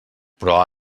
però